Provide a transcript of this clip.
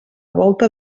volta